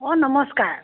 অঁ নমস্কাৰ